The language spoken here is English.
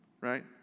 right